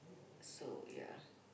so yeah